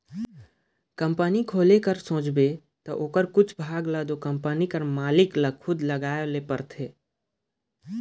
company खोले कर सोचबे ता ओकर कुछु भाग ल दो कंपनी कर मालिक ल खुदे लगाए ले परथे